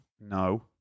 No